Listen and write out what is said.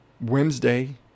Wednesday